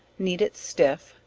knead it stiff,